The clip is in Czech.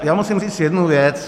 Já musím říct jednu věc.